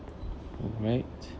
alright